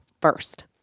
first